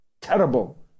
terrible